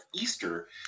Easter